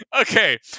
okay